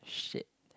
shit